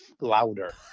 louder